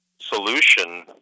solution